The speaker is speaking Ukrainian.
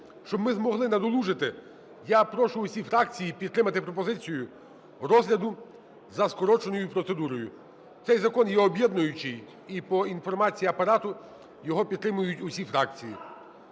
щоб ми змогли надолужити, я прошу усі фракції підтримати пропозицію розгляду за скороченою процедурою. Цей закон є об'єднуючий і, по інформації Апарату, його підтримують усі фракції.